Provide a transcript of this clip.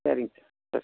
சரிங்க சார் சரி